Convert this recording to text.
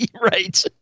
Right